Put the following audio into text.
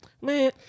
Man